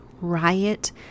Riot